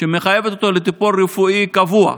שמחייבת אותו בטיפול רפואי קבוע,